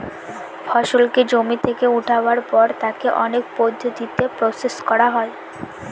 ফসলকে জমি থেকে উঠাবার পর তাকে অনেক পদ্ধতিতে প্রসেস করা হয়